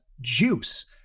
JUICE